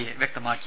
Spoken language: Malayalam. എ വ്യക്തമാക്കി